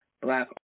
black